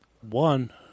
one